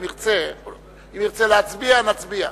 אם ירצה להצביע, נצביע.